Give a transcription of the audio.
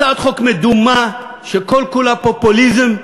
הצעת חוק מדומה שכל-כולה פופוליזם.